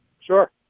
Sure